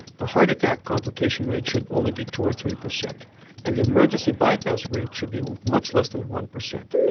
the heart attack complication rate should only be two percent or three percent and the emergency bypass rate should be much less than one percent.